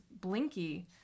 Blinky